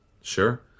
Sure